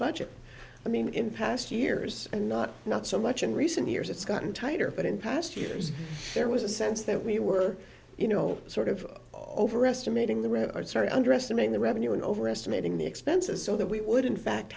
budget i mean in past years and not not so much in recent years it's gotten tighter but in past years there was a sense that we were you know sort of overestimating the red star to underestimate the revenue and overestimating the expenses so that we would in fact